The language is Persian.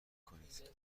کنید